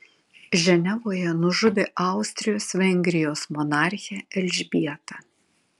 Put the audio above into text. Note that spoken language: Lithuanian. ženevoje nužudė austrijos vengrijos monarchę elžbietą